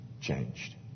changed